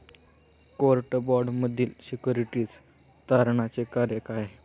Court बाँडमधील securities तारणाचे कार्य काय आहे?